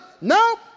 no